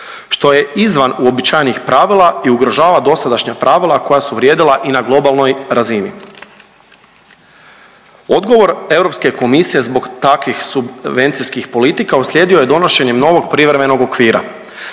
što je izvan uobičajenih pravila i ugrožava dosadašnja pravila koja su vrijedila i na globalnoj razini. Odgovor Europske komisije zbog takvih subvencijskih politika uslijedio je donošenjem novog privremenog okvira.